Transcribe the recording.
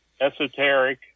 Esoteric